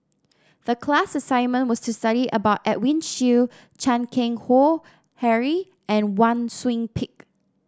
the class assignment was to study about Edwin Siew Chan Keng Howe Harry and Wang Sui Pick